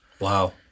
Wow